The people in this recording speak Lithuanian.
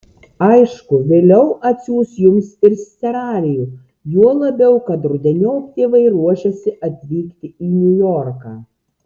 aišku vėliau atsiųs jums ir scenarijų juo labiau kad rudeniop tėvai ruošiasi atvykti į niujorką